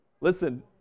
Listen